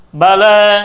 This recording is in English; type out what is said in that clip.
bala